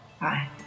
Bye